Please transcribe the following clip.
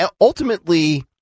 ultimately